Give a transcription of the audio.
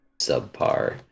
subpar